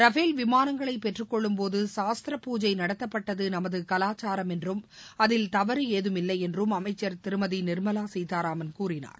Rafale விமானங்களை பெற்றகொள்ளும் போது சாஸ்த்ரா பூஜை நடத்தப்பட்டது நமது கலாச்சாரம் என்றும் அதில் தவறு ஏதமில்லை என்றும் அமைச்சர் திருமதி நிர்மலா சீதாராமன் கூறினார்